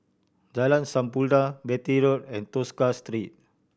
Jalan Sampurna Beatty Road and Tosca Street